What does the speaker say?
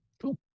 Cool